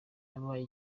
yabaye